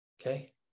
okay